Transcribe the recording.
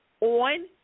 on